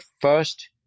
first